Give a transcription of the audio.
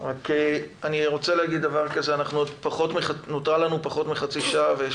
אני רוצה רק להגיד שנותרה לנו פחות מחצי שעה ויש